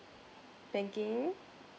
banking